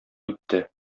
үтте